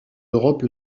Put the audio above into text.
europe